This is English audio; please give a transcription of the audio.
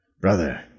brother